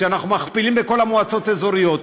שאנחנו מכפילים בכל המועצות האזוריות.